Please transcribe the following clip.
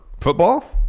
football